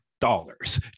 dollars